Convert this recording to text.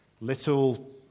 Little